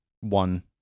one